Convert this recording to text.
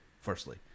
firstly